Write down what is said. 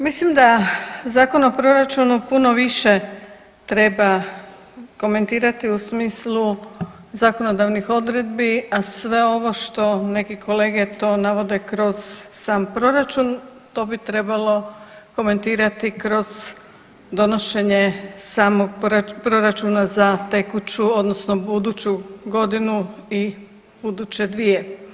Mislim da Zakon o proračunu puno više treba komentirati u smislu zakonodavnih odredbi, a sve ovo što neki kolege to navode kroz sam proračun to bi trebalo komentirati kroz donošenje samog proračuna za tekuću odnosno buduću godinu i buduće dvije.